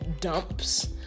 dumps